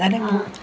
जालें मुगो